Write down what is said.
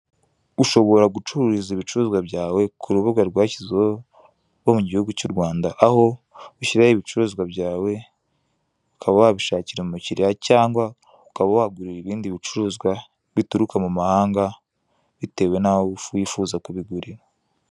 Ushobora gucururiza ibicuruzwa byawe ku rubuga rwashyizweho rwo mu gihugu cy'u Rwanda, aho ushyiraho ibicuruzwa byawe ukaba wabishakira umukiriya cyangwa ukaba waguriraho ibindi bicuruzwa bituruka mu muhanga bitewe n'aho wifuza kubigurira.